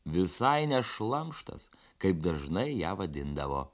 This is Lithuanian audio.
visai ne šlamštas kaip dažnai ją vadindavo